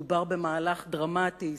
מדובר במהלך דרמטי,